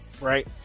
right